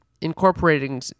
incorporating